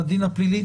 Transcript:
לדין הפלילי.